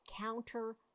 counter